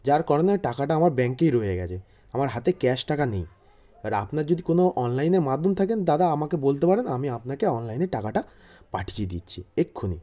যার কারণে টাকাটা আমার ব্যাংকেই রয়ে গেছে আমার হাতে ক্যাশ টাকা নেই এবারে আপনার যদি কোনো অনলাইনে মাধ্যম থাকেন দাদা আমাকে বলতে পারেন আমি আপনাকে অনলাইনে টাকাটা পাঠিয়ে দিচ্ছি এক্ষুনি